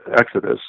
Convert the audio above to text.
Exodus